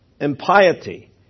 impiety